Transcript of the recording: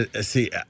See